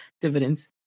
dividends